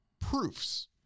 proofs